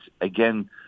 again